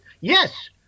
Yes